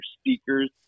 speakers